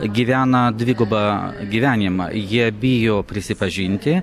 gyvena dvigubą gyvenimą jie bijo prisipažinti